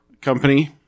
company